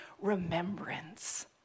remembrance